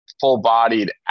full-bodied